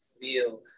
feel